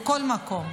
בכל מקום.